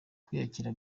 kwiyakira